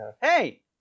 hey